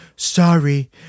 Sorry